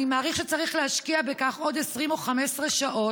אני מעריך שצריך להשקיע בכך עוד 20 או 15 שעות,